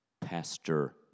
Pastor